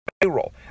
payroll